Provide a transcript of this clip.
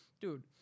Dude